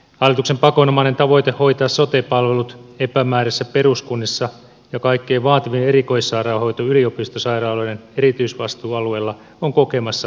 hallituksen pakonomainen tavoite hoitaa sote palvelut epämääräisissä peruskunnissa ja kaikkein vaativin erikoissairaanhoito yliopistosairaaloiden erityisvastuualueilla on kokemassa mahalaskun